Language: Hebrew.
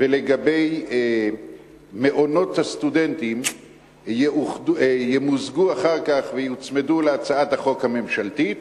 ולגבי מעונות הסטודנטים ימוזג אחר כך ויוצמד להצעת החוק הממשלתית,